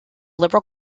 liberal